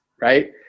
right